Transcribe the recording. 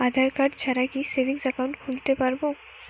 আধারকার্ড ছাড়া কি savings account খুলতে পারব?